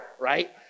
right